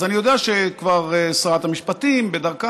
אז אני יודע שכבר שרת המשפטים בדרכה,